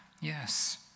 yes